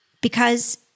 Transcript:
Because-